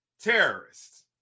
terrorists